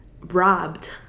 robbed